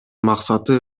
максаты